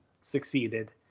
succeeded